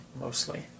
mostly